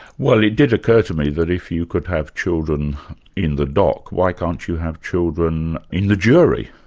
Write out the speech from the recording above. well it did occur to me that if you could have children in the dock, why can't you have children in the jury?